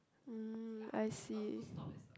mm I see